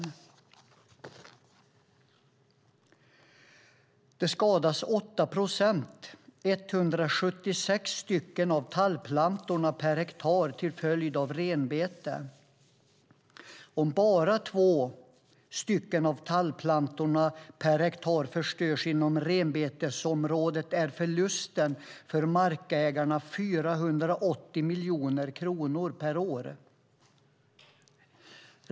Av tallplantorna skadas 8 procent, eller 176 stycken, per hektar till följd av renbete. Om bara två av tallplantorna per hektar förstörs inom renbetesområdet är förlusten för markägarna 480 miljoner kronor per år.